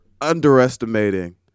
underestimating